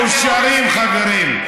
טרוריסטים, אתם מאושרים, חברים.